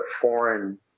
foreign